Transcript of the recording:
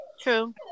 True